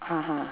(uh huh)